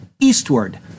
eastward